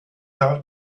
out